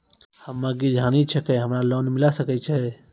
हम्मे गृहिणी छिकौं, की हमरा लोन मिले सकय छै?